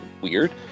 weird